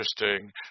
interesting